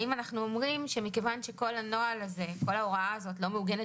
האם אנחנו אומרים שמכיוון שכל ההוראה הזאת לא מעוגנת